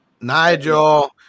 Nigel